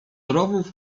rowów